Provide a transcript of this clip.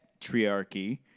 triarchy